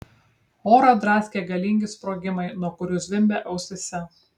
orą draskė galingi sprogimai nuo kurių zvimbė ausyse